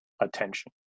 attention